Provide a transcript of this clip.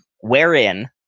wherein